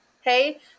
hey